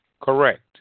correct